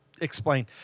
explain